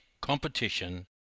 competition